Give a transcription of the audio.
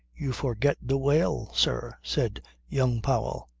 you forget the whale, sir, said young powell.